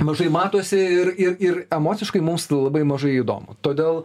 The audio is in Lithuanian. mažai matosi ir ir ir emociškai mums labai mažai įdomu todėl